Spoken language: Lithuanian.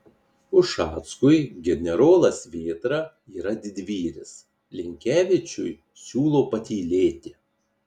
ušackui generolas vėtra yra didvyris linkevičiui siūlo patylėti